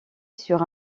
sur